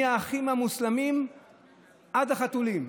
מהאחים המוסלמים עד החתולים.